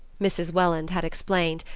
mrs. welland had explained,